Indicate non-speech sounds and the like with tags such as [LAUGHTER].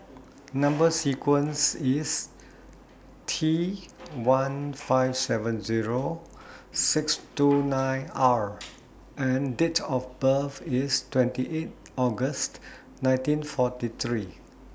Number sequence IS T one five seven Zero six two nine R [NOISE] and Date of birth IS twenty eight August nineteen forty three